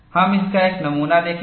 हम इसका एक नमूना देखेंगे